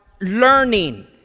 learning